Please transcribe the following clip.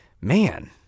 man